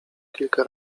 kilka